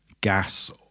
gas